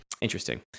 Interesting